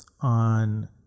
on